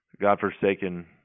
godforsaken